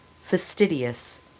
fastidious